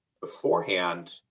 beforehand